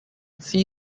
see